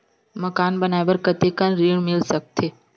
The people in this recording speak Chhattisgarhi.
मकान बनाये बर कतेकन ऋण मिल सकथे?